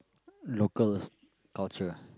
locals' culture